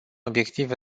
obiectiv